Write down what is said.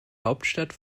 hauptstadt